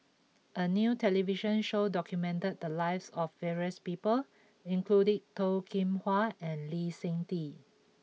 a new television show documented the lives of various people including Toh Kim Hwa and Lee Seng Tee